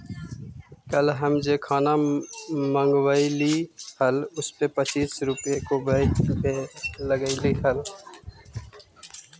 कल हम जे खाना मँगवइली हल उसपे पच्चीस रुपए तो वैट के लगलइ हल